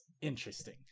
interesting